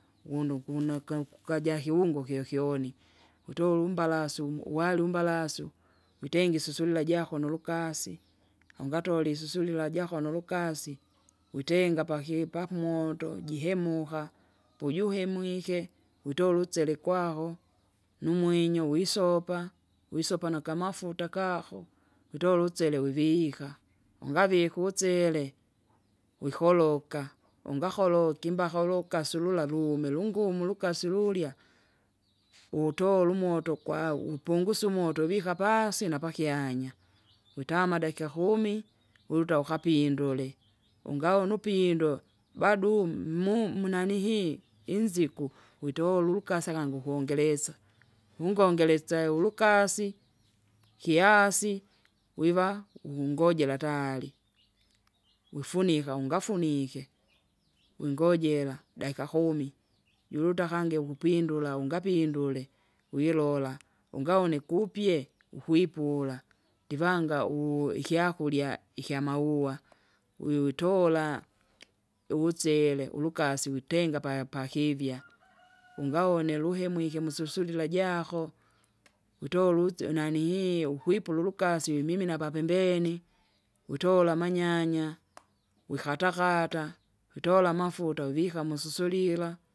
wundu ukunaka kukaja ikiungo kyokyoni, utole ulumbalasu umu uwari umbalasu, witenga isusulila jako nulukasi, ungatole isusulila jako nulukasi, witenga apaki pamoto jihemuka, pujuhemwike, witola ulutaele kwaho, numwinyo wisopa, wisopa nakamafuta kako, witora ulusele wivika, ungavika utsele, wikoloka, ungakoloki imbaka ulukasi ulula lume lunguma ulukasi lulya, wutola umoto kwa upungusya umoto vika pasi napakyanya, witama dakika kumi, wiruta ukapindule, ungaone upindo, bado umu- mu- munahii, inziku, witola ulukasi akangi ukongelesa, ungongeletsya ulukasi, kiasi, wiva, unojera tayari, wifunika ungafunike, wingojera daika kumi, juruta kangi ukupindula ungapindule, wilola, ungaone kupye, ukwipula, ndivanga u- ikyakurya ikyamauwa. wiwitola, uvusele ulukasi witenga paya- pakivya, ungaone luhemwike mususlila jako, utola utse unanihii ukwipula ulukasi mimina papembeni, utola amanyanya, wikatakata witola amafuta uvika mususulila.